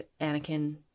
anakin